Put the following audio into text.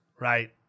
right